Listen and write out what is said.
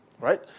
right